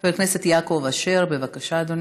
חבר הכנסת יעקב אשר, בבקשה, אדוני.